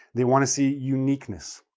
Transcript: they want to see uniqueness.